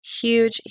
huge